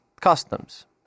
customs